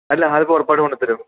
അല്ല ആൽബം ഉറപ്പായിട്ടും കൊണ്ട് തരും